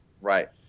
Right